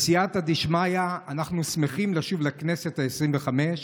בסייעתא דשמיא אנחנו שמחים לשוב לכנסת העשרים-וחמש,